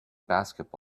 basketball